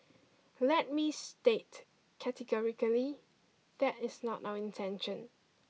let me state categorically that is not our intention